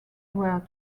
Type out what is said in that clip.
were